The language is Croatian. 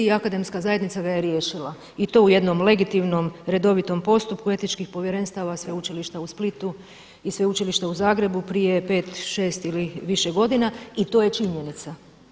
I akademska zajednica ga je riješila i to u jednom legitimnom redovitom postupku etičkih povjerenstava Sveučilišta u Splitu i Sveučilišta u Zagrebu prije pet, šest ili više godina i to je činjenica.